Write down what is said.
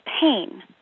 pain